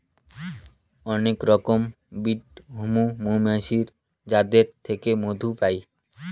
অনেক রকমের ব্রিড হৈমু মৌমাছির যাদের থেকে মধু পাই